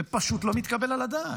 זה פשוט לא מתקבל על הדעת,